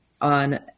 on